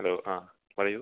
hello ആ പറയൂ